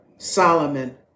Solomon